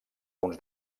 uns